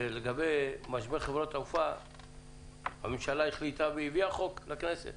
לגבי משבר חברות התעופה הממשלה החליטה והביאה חוק לגבי כלל הכנסת.